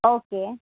okay